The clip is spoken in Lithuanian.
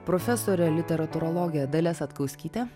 profesore literatūrologe dalia satkauskyte